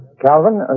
Calvin